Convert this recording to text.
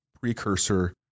precursor